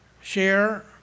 share